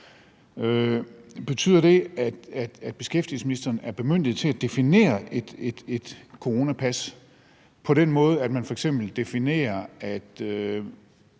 Betyder det, at beskæftigelsesministeren er bemyndiget til at definere et coronapas på den måde, at man f.eks. kun